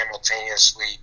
simultaneously